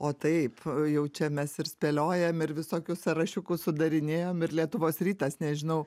o taip jaučiamės ir spėliojam ir visokius sąrašiukus sudarinėjam ir lietuvos rytas nežinau